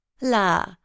La